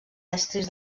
estris